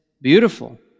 beautiful